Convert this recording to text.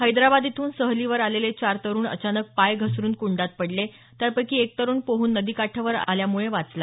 हैदराबाद इथून सहलीवर आलेले चार तरुण अचानक पाय घसरुन कुंडात पडले त्यापैकी एक तरूण पोहून नदी काठावर आल्यामुळे वाचला